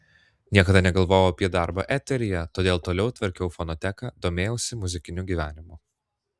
niekada negalvojau apie darbą eteryje todėl toliau tvarkiau fonoteką domėjausi muzikiniu gyvenimu